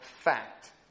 fact